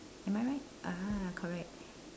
am I right ah correct